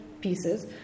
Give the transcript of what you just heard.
pieces